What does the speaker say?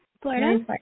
Florida